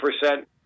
percent